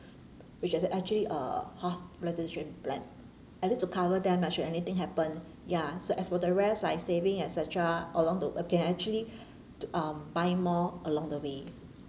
which is actually uh half membership plan at least to cover them lah should anything happen ya so as for the rest like saving et cetera along the uh can actually t~ um buy more along the way